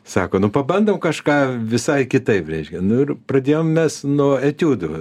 sako nu pabandom kažką visai kitaip nu ir pradėjom mes nuo etiudų